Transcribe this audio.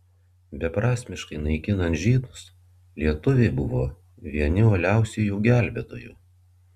beprasmiškai naikinant žydus lietuviai buvo vieni uoliausių jų gelbėtojų